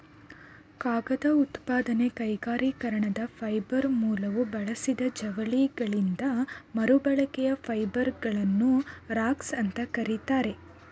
ಕಾಗದ ಉತ್ಪಾದನೆ ಕೈಗಾರಿಕೀಕರಣದ ಫೈಬರ್ ಮೂಲವು ಬಳಸಿದ ಜವಳಿಗಳಿಂದ ಮರುಬಳಕೆಯ ಫೈಬರ್ಗಳನ್ನು ರಾಗ್ಸ್ ಅಂತ ಕರೀತಾರೆ